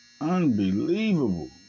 Unbelievable